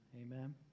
amen